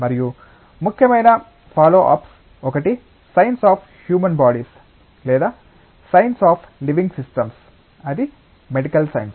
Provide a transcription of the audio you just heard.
మరియు ముఖ్యమైన follow ups ఒకటి సైన్స్ అఫ్ హ్యూమన్ బాడీస్ లేదా సైన్స్ అఫ్ లివింగ్ సిస్టమ్స్ అది మెడికల్ సైన్స్